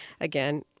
again